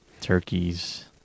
turkeys